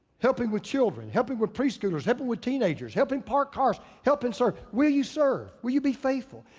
helping with children, helping with preschoolers, helping with teenagers, helping park cars, helping serve. will you serve? will you be faithful?